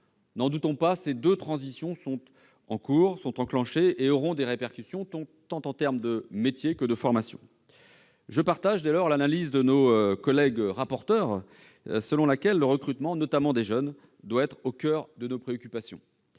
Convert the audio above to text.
N'en doutons pas, ces deux transitions sont en cours et auront des répercussions, tant sur les métiers que sur les formations. Je partage dès lors l'analyse de nos collègues rapporteurs, selon laquelle le recrutement, notamment des jeunes, doit être au coeur de nos préoccupations.